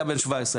היה בן 17,